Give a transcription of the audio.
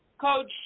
Coach